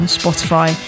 spotify